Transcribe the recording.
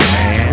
Man